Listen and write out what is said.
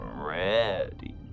Ready